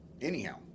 Anyhow